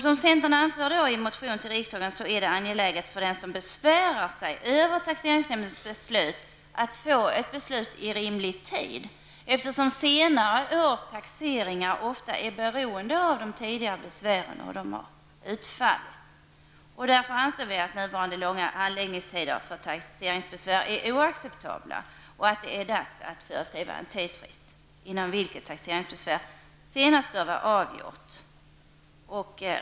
Som centern anför i motion till riksdagen är det angeläget för den som besvärar sig över taxeringsnämndens beslut att få ett beslut i rimlig tid, eftersom senare års taxeringar ofta är beroende av hur de tidigare besvären har utfallit. Därför anser vi att nuvarande långa handläggningstider för taxeringsbesvär är oacceptabla och att det är dags att föreskriva en tidsfrist inom vilken taxeringsbesvär senast bör vara avgjorda.